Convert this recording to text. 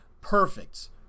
perfect